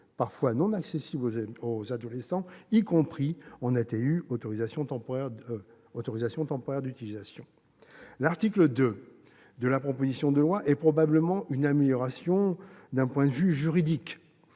parfois non accessibles aux adolescents, y compris en autorisation temporaire d'utilisation, ATU. L'article 2 de la proposition de loi est probablement une amélioration d'un point de vue juridique,